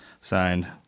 Signed